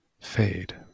fade